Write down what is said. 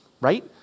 right